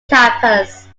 campus